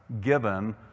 given